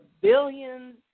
billions